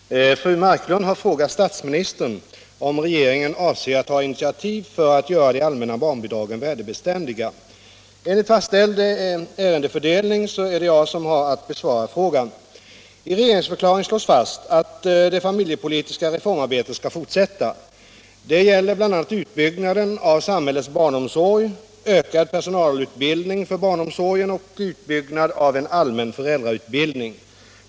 Herr talman! Fru Marklund har frågat statsministern om regeringen avser att ta initiativ för att göra de allmänna barnbidragen värdebeständiga. Enligt fastställd ärendefördelning är det jag som har att besvara frågan. I regeringsförklaringen slås fast att det familjepolitiska reformarbetet skall fortsätta. Det gäller bl.a. utbyggnaden av samhällets barnomsorg, ökad personalutbildning för barnomsorgen och utbyggnad av en allmän föräldrautbildning.